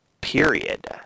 period